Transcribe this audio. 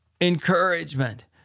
encouragement